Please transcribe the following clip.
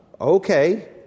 Okay